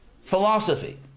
philosophy